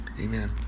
Amen